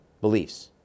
beliefs